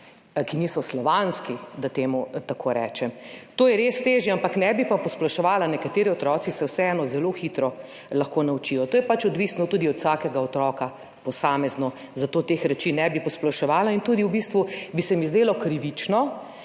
ki niso slovanski, da temu tako rečem. To je res težje, ampak ne bi pa posploševala, nekateri otroci se vseeno zelo hitro lahko naučijo, to je pač odvisno tudi od vsakega otroka posamezno. Zato teh reči ne bi posploševala in bi se mi v bistvu tudi zdelo krivično,